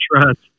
trust